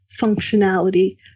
functionality